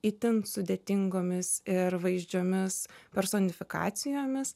itin sudėtingomis ir vaizdžiomis personifikacijomis